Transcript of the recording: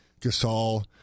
Gasol